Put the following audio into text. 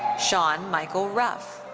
sean michael ruff.